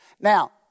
Now